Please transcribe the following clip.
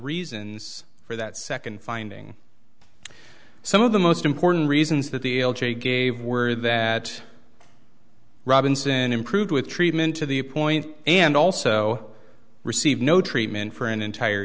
reasons for that second finding some of the most important reasons that the gave were that robinson improved with treatment to the point and also received no treatment for an entire